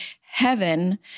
heaven